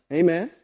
amen